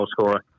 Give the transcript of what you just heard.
goalscorer